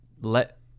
let